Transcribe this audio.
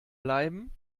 bleiben